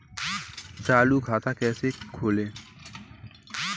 चालू खाता कैसे खोलें?